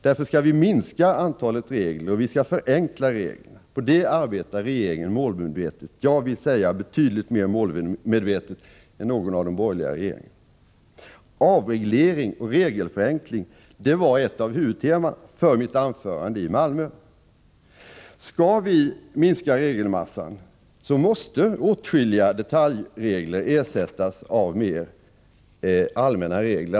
Därför skall vi minska antalet regler, och vi skall förenkla reglerna. På det arbetar regeringen målmedvetet, jag vill säga betydligt mer målmedvetet än någon av de borgerliga regeringarna. Avreglering och regelförenkling var ett av huvudtemana för mitt anförande i Malmö. Skall vi minska regelmassan måste åtskilliga detaljregler ersättas av mer allmänna regler.